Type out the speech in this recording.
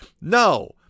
No